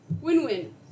win-win